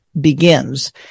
begins